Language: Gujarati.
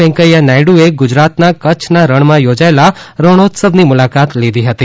વેંકૈયા નાયડુએ ગુજરાતના કચ્છના રણમાં યોજાયેલા રણોત્સવની મુલાકાત લીધી હતી